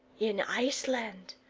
in iceland.